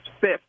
fifth